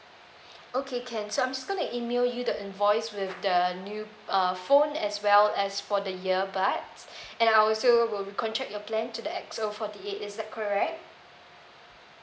okay can so I'm just gonna email you the invoice with the new uh phone as well as for the ear buds and I also will recontract your plan to the X_O forty eight is that correct